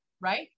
right